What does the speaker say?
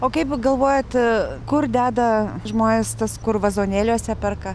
o kaip galvojat kur deda žmonės tas kur vazonėliuose perka